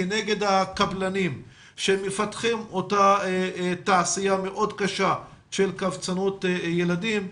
כנגד הקבלנים שמפתחים תעשייה מאוד קשה של קבצנות ילדים.